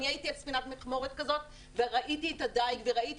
אני הייתי על ספינת מכמורת כזאת וראיתי את הדייג וראיתי